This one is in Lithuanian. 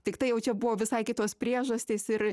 tiktai jau čia buvo visai kitos priežastys ir